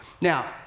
Now